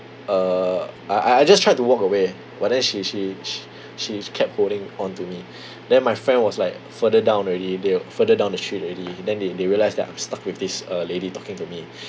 err I I I just tried to walk away but then she she sh~ she kept holding onto me then my friend was like further down already they were further down the street already then they they realise that I'm stuck with this uh lady talking to me